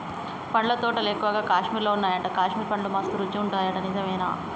పండ్ల తోటలు ఎక్కువగా కాశ్మీర్ లో వున్నాయట, కాశ్మీర్ పండ్లు మస్త్ రుచి ఉంటాయట నిజమేనా